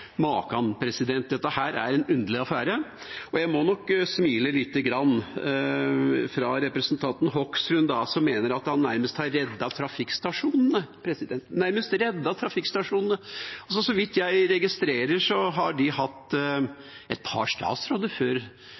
Maken! Dette er en underlig affære. Jeg må nok smile lite grann av representanten Hoksrud, som mener at han nærmest har reddet trafikkstasjonene – nærmest reddet trafikkstasjonene! Så vidt jeg har registrert, har de hatt et par statsråder før